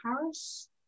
Paris